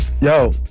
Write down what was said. Yo